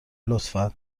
لطفا